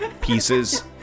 pieces